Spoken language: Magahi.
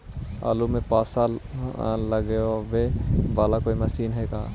आलू मे पासा लगाबे बाला कोइ मशीन है का?